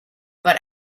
but